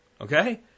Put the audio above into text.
Okay